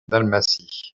dalmatie